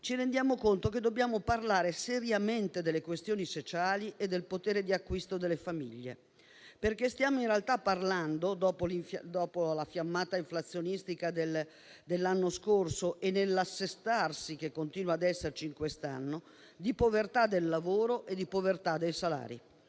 ci rendiamo conto che dobbiamo parlare seriamente delle questioni sociali e del potere d'acquisto delle famiglie, perché in realtà stiamo parlando, dopo la fiammata inflazionistica dell'anno scorso e l'assestamento che continua ad esserci quest'anno, di povertà del lavoro e di povertà dei salari.